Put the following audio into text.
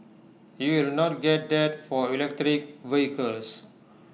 you will not get that for electric vehicles